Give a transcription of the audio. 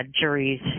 juries